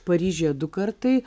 paryžiuje du kartai